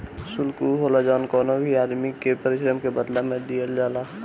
शुल्क उ होला जवन कवनो भी आदमी के पारिश्रमिक के बदला में दिहल जाला